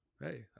Hey